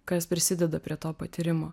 kas prisideda prie to patyrimo